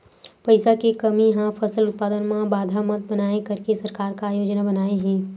पईसा के कमी हा फसल उत्पादन मा बाधा मत बनाए करके सरकार का योजना बनाए हे?